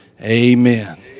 Amen